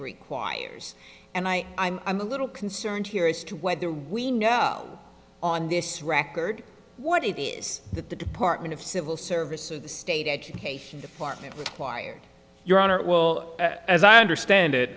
requires and i i'm i'm a little concerned here as to whether we know on this record what it is that the department of civil service or the state education department required your honor will as i understand